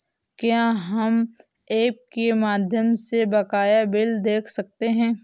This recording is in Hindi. क्या हम ऐप के माध्यम से बकाया बिल देख सकते हैं?